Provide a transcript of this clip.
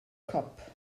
cop